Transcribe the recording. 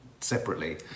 separately